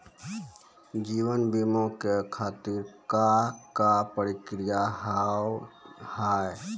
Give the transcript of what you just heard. जीवन बीमा के खातिर का का प्रक्रिया हाव हाय?